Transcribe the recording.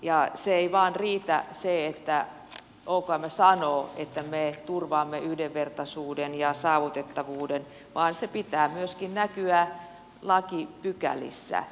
ja se ei vain riitä että okm sanoo että me turvaamme yhdenvertaisuuden ja saavutettavuuden vaan sen pitää myöskin näkyä lakipykälissä